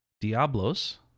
Diablos